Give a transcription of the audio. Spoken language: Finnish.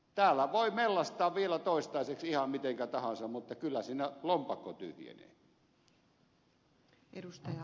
täällä voi mellastaa vielä toistaiseksi ihan mitenkä tahansa mutta kyllä siinä lompakko tyhjenee